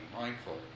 mindful